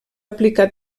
aplicar